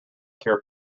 care